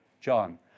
John